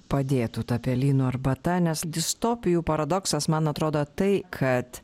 padėtų ta pelynų arbata nes distopijų paradoksas man atrodo tai kad